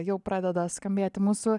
jau pradeda skambėti mūsų